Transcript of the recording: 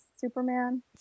Superman